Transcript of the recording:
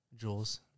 Jules